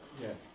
Yes